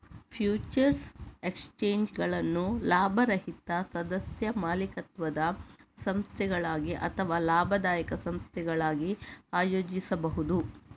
futures ಎಕ್ಸ್ಚೇಂಜುಗಳನ್ನು ಲಾಭರಹಿತ ಸದಸ್ಯ ಮಾಲೀಕತ್ವದ ಸಂಸ್ಥೆಗಳಾಗಿ ಅಥವಾ ಲಾಭದಾಯಕ ಸಂಸ್ಥೆಗಳಾಗಿ ಆಯೋಜಿಸಬಹುದು